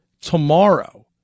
tomorrow